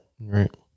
right